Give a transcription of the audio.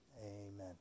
amen